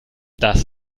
das